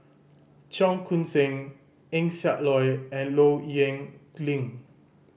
Cheong Koon Seng Eng Siak Loy and Low Yen Ling